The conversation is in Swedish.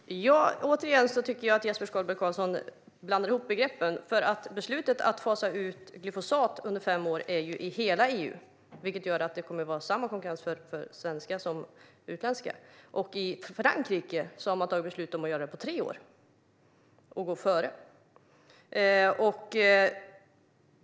Fru talman! Återigen tycker jag att Jesper Skalberg Karlsson blandar ihop begreppen. Beslutet att fasa ut glyfosat under fem år gäller ju för hela EU, vilket gör att det kommer att vara samma konkurrensvillkor för svenska jordbruk som för utländska. I Frankrike har man fattat beslut om att göra det på tre år och gå före.